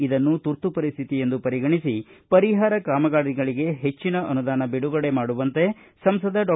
ಇದನ್ನು ತುರ್ತು ಪರಿಸ್ಥಿತಿ ಎಂದು ಪರಿಗಣಿಸಿ ಪರಿಹಾರ ಕಾಮಗಾರಿಗಳಿಗೆ ಹೆಚ್ಚನ ಅನುದಾನ ಬಿಡುಗಡೆ ಮಾಡುವಂತೆ ಸಂಸದ ಡಾ